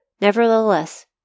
Nevertheless